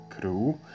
crew